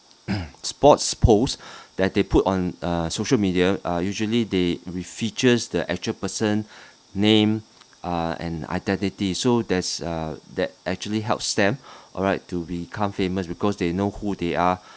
sports post that they put on uh social media uh usually they re-features the actual person name uh and identity so that's uh that actually helps them alright to become famous because they know who they are